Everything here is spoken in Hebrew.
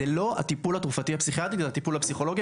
זה לא הטיפול התרופתי הפסיכיאטרי אלא הטיפול הפסיכולוגי.